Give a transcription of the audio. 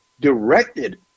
directed